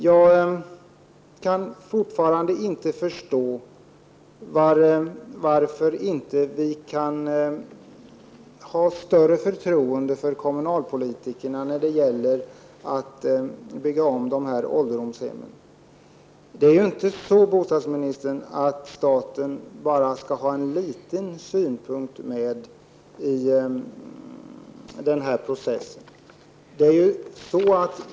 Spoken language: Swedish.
Jag kan fortfarande inte förstå varför vi inte kan ha större förtroende för kommunalpolitikerna när det gäller att bygga om ålderdomshemmen. Det är ju inte så, bostadsministern, att staten bara skall ha en liten synpunkt när det gäller denna process.